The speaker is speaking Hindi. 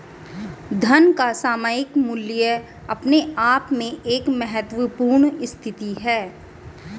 धन का सामयिक मूल्य अपने आप में एक महत्वपूर्ण स्थिति है